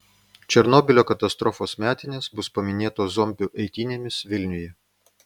černobylio katastrofos metinės bus paminėtos zombių eitynėmis vilniuje